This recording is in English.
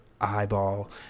eyeball